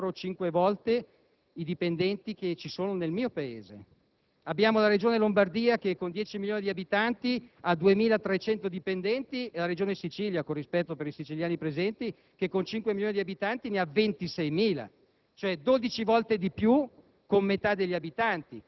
Ci sono tanti altri Comuni che, con 17.000 abitanti, hanno quattro o cinque volte i dipendenti che ci sono nel mio paese. La Regione Lombardia, con 10 milioni di abitanti, ha 2.300 dipendenti e la Regione Sicilia (parlo con rispetto per i siciliani presenti), con 5 milioni di abitanti, ne ha 26.000,